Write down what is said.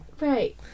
Right